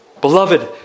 Beloved